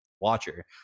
Watcher